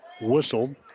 whistled